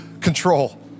control